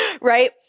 right